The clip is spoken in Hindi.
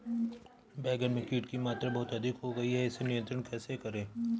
बैगन में कीट की मात्रा बहुत अधिक हो गई है इसे नियंत्रण कैसे करें?